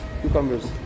cucumbers